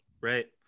right